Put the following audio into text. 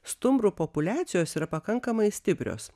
stumbrų populiacijos yra pakankamai stiprios